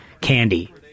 candy